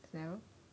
narrow